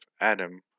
Adam